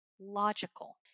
logical